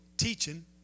teaching